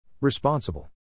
Responsible